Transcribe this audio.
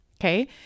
Okay